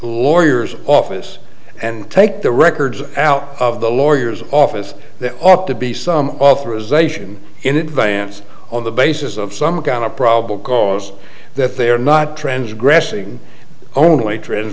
lawyers office and take the records out of the lawyer's office that ought to be some authorization in advance on the basis of some kind of probable cause that they are not transgressing only